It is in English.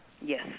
Yes